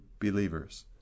believers